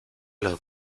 los